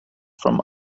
from